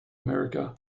america